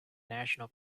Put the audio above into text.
national